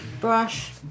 brush